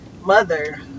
mother